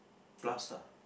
plus ah